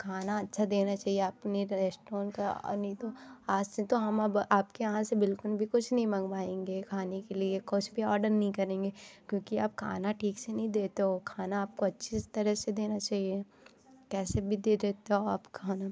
खाना अच्छा देना चाहिए आपने रेस्टोरेंट का और नहीं तो आज से तो हम अब आपके यहाँ से बिल्कुल भी कुछ नी मंगवाएंगे खाने के लिए कुछ भी ऑर्डर नहीं करेंगे क्योंकि आप खाना ठीक से नहीं देते हो खाना आपको अच्छी तरह से देना चाहिए कैसे भी दे देते हो आप खाना